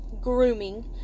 Grooming